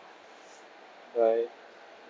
bye